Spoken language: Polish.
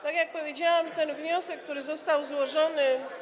Tak jak powiedziałam, ten wniosek, który został złożony.